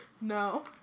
No